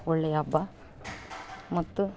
ಒಳ್ಳೇಯ ಹಬ್ಬ ಮತ್ತು